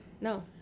No